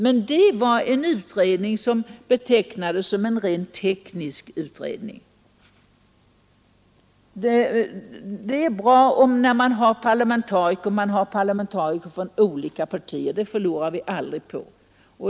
Men det var en utredning som betecknades som rent teknisk. Det är bra när man har parlamentariker från olika partier, det förlorar vi aldrig på.